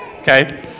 Okay